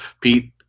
Pete